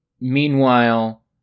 Meanwhile